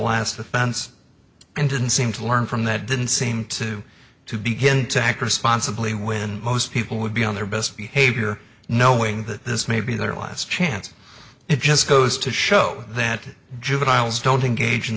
offense and didn't seem to learn from that didn't seem to to begin to act responsibly when most people would be on their best behavior knowing that this may be their last chance it just goes to show that juveniles don't engage in